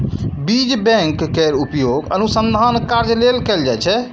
बीज बैंक केर उपयोग अनुसंधान कार्य लेल कैल जाइ छै